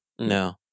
no